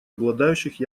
обладающих